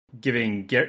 giving